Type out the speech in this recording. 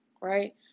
right